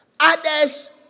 Others